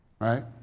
right